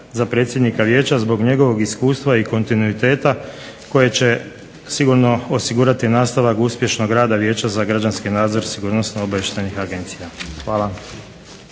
za predsjednika Vijeća zbog njegovog iskustva i kontinuiteta koje će sigurno osigurati nastavak uspješnog rada Vijeća za građanski nadzor sigurnosno-obavještajnih agencija. Hvala.